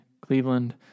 Cleveland